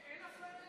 אין אפליה?